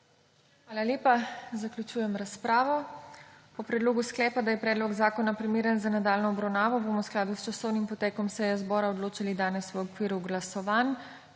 Hvala lepa. Zaključujem razpravo. O predlogu sklepa, da je predlog zakona primeren za nadaljnjo obravnavo, bomo v skladu s časovnim potekom seje zbora odločali danes v okviru glasovanj,